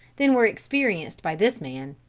than were experienced by this man.